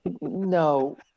no